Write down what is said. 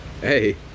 Hey